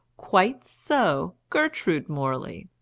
quite so gertrude morley.